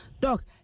Doc